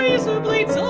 razor blades